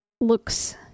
looks